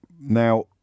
now